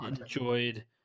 enjoyed